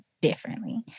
differently